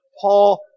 Paul